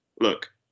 look